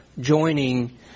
joining